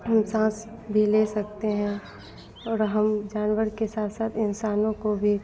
हम साँस भी ले सकते हैं और हम जानवर के साथ साथ इंसानों को भी